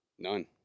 None